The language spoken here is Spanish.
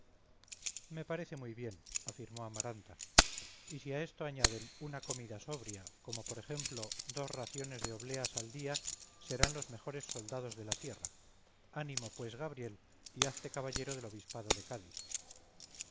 me parece muy bien afirmó amaranta y si a esto añaden una comida sobria como por ejemplo dos raciones de obleas al día serán los mejores soldados de la tierra ánimo pues gabriel y hazte caballero del obispado de cádiz